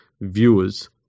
viewers